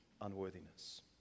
unworthiness